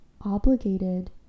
obligated